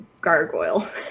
gargoyle